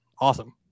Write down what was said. awesome